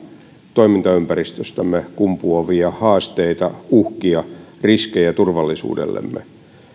toimintaympäristöstämme kumpuavia haasteita uhkia ja riskejä turvallisuudellemme